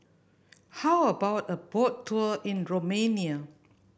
how about a boat tour in Romania